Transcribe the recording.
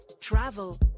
travel